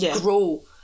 grow